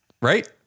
Right